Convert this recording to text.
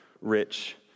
rich